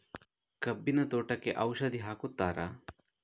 ಕಬ್ಬಿನ ತೋಟಕ್ಕೆ ಔಷಧಿ ಹಾಕುತ್ತಾರಾ?